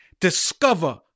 discover